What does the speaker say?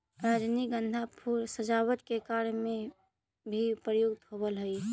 रजनीगंधा फूल सजावट के कार्य में भी प्रयुक्त होवऽ हइ